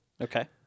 Okay